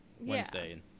Wednesday